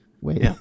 Wait